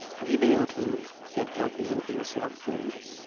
have you been able to get help even for yourself through this?